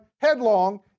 headlong